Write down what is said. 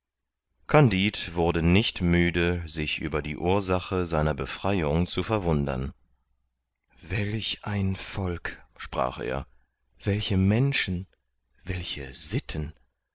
kandid wurde nicht müde sich über die ursache seiner befreiung zu verwundern welch ein volk sprach er welche menschen welche sitten